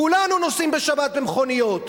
כולנו נוסעים בשבת במכוניות,